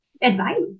advice